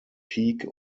peak